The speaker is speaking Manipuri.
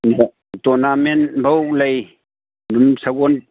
ꯇꯣꯔꯅꯥꯃꯦꯟꯐꯥꯎ ꯂꯩ ꯑꯗꯨꯝ ꯁꯒꯣꯜ